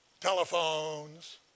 Telephones